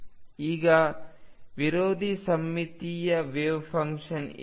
ಈಗ ವಿರೋಧಿ ಸಮ್ಮಿತೀಯ ವೆವ್ಫಂಕ್ಷನ್ ಏನು